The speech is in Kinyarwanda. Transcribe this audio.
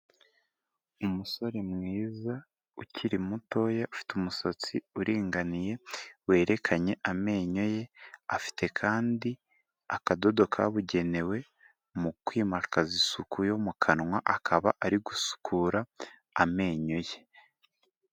Umusore mwiza ukiri mutoya ufite umusatsi uringaniye werekanye amenyo ye, afite kandi akadodo kabugenewe mu kwimakaza isuku yo mu kanwa, akaba ari gusukura amenyo ye.